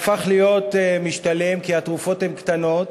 הפרצה קוראת לגנב וזיוף תרופות הפך להיות תעשייה עולמית